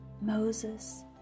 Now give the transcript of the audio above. Moses